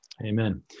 Amen